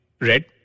Red